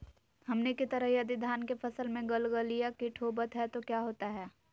हमनी के तरह यदि धान के फसल में गलगलिया किट होबत है तो क्या होता ह?